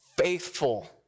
faithful